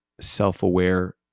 self-aware